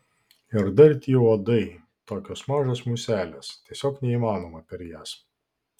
ir dar tie uodai tokios mažos muselės tiesiog neįmanoma per jas